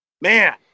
man